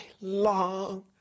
long